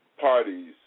parties